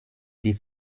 die